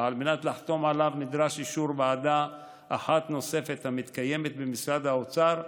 ועל מנת לחתום עליו נדרש אישור ועדה אחת נוספת המתקיימת במשרד האוצר,